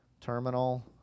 Terminal